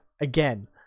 again